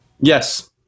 Yes